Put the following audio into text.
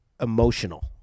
emotional